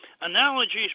analogies